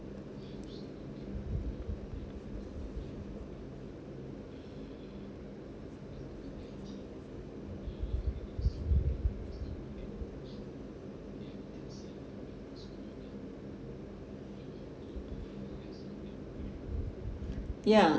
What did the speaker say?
ya